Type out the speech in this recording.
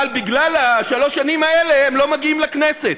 אבל בגלל שלוש השנים האלה הם לא מגיעים לכנסת.